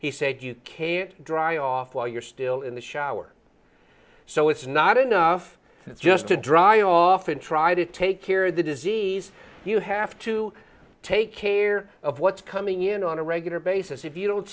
he said you can't dry off while you're still in the shower so it's not enough it's just to dry off and try to take care of the disease you have to take care of what's coming in on a regular basis if you don't